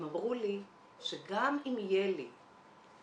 הם אמרו לי שגם אם יהיה לי תקן,